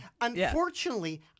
Unfortunately